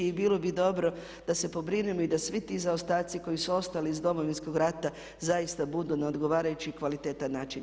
I bilo bi dobro da se pobrinemo i da svi ti zaostaci koji su ostali iz Domovinskog rata zaista budu na odgovarajući i kvalitetan način riješeno.